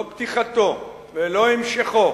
לא פתיחתו ולא המשכו,